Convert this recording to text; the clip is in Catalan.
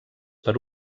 per